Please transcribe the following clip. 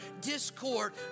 discord